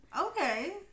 Okay